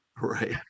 Right